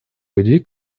людей